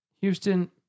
Houston